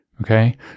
Okay